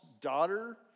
daughter